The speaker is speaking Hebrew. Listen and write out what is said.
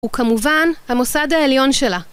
הוא כמובן המוסד העליון שלה.